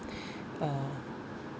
uh